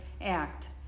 act